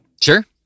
Sure